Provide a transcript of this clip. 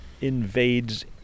invades